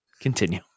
continue